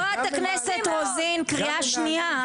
חברת הכנסת רוזין, קריאה שנייה.